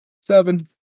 seven